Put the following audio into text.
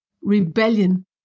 rebellion